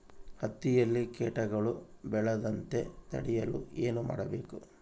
ಹತ್ತಿಯಲ್ಲಿ ಕೇಟಗಳು ಬೇಳದಂತೆ ತಡೆಯಲು ಏನು ಮಾಡಬೇಕು?